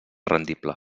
rendible